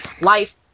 life